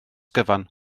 gyfan